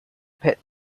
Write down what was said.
pit